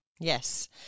Yes